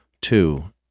Two